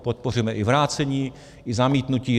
Podpoříme i vrácení, i zamítnutí.